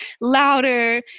louder